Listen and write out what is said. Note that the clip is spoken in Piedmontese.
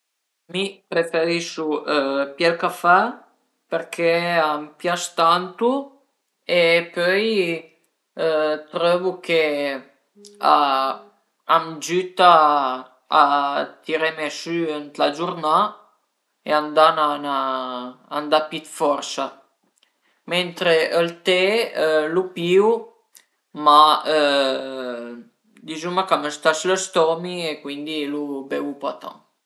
Alura dizuma che mi tüti i burdel che sentu më dezvìu però ad ezempi ch'a më dezvìa propi al e magara cuandi i vizin dë ca a taiu l'erba cuindi a fan rümur o se no i can ch'a fan la guardia e a baulu, ma anche ün rümur fort ch'a fan i vizin suta mi më dezvìu e pöi dörmu pa pi